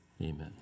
Amen